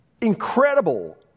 incredible